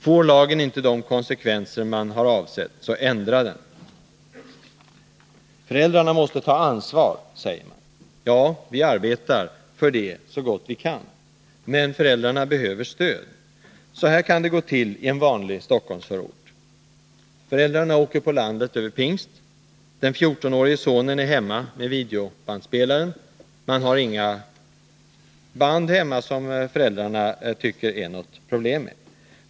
Får lagen inte de konsekvenser man avsett, så ändra den!” Föräldrarna måste ta ansvar, säger man. Ja, vi arbetar för det så gott vi kan. Men föräldrarna behöver stöd. Så här kan det gå till i en vanlig Stockholmsförort: Föräldrarna åker på landet över pingst. Den 14-årige sonen är hemma med videobandspelaren. Man har inga band hemma som föräldrarna tycker att det är något problem med.